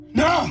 no